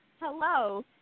hello